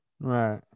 right